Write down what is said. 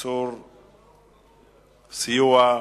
(איסור סיוע)